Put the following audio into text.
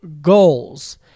goals